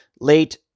late